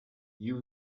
you